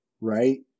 right